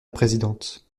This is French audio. présidente